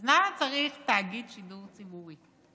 אז למה צריך תאגיד שידור ציבורי?